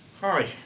Hi